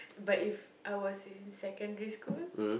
but If I was in secondary school